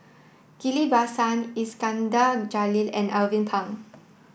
Ghillie Basan Iskandar Jalil and Alvin Pang